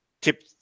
tip